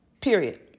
period